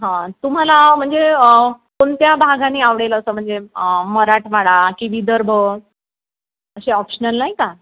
हां तुम्हाला म्हणजे कोणत्या भागाने आवडेल असं म्हणजे मराठवाडा की विदर्भ असे ऑप्शनल नाही का